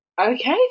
Okay